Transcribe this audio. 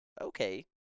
okay